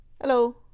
Hello